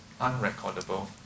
unrecordable